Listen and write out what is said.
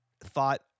thought